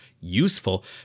useful